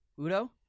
Udo